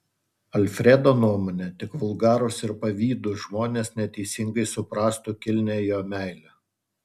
alfredo nuomone tik vulgarūs ir pavydūs žmonės neteisingai suprastų kilnią jo meilę